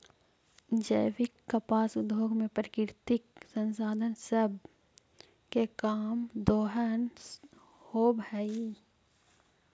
जैविक कपास उद्योग में प्राकृतिक संसाधन सब के कम दोहन होब हई